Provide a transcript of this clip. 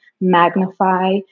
magnify